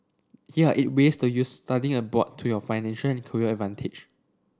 here are eight ways to use studying abroad to your financial and career advantage